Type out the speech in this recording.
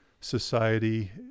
society